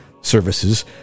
services